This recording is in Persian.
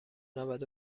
نود